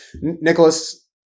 Nicholas